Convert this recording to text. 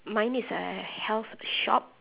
mine is a health shop